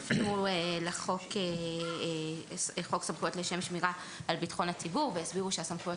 הם הפנו לחוק סמכויות לשם שמירה על ביטחון הציבור והסבירו שהסמכויות